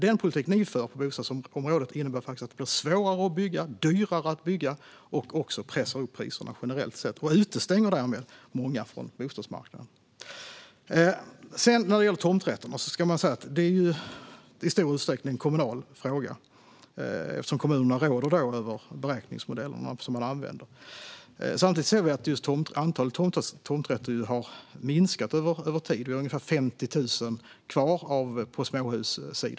Den politik ni för på bostadsområdet innebär att det blir svårare och dyrare att bygga. Det pressar också upp priserna generellt sett och utestänger därmed många från bostadsmarknaden. När det gäller tomträtterna är det i stor utsträckning en kommunal fråga eftersom kommunerna råder över de beräkningsmodeller man använder. Samtidigt har antalet tomträtter minskat över tid. Det är ungefär 50 000 kvar på småhussidan.